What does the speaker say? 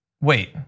Wait